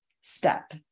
step